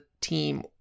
team